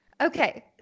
Okay